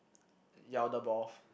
the ball